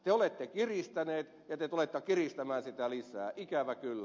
te olette kiristäneet ja te tulette kiristämään sitä lisää ikävä kyllä